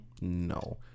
No